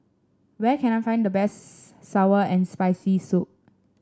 where can I find the best sour and Spicy Soup